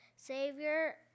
Savior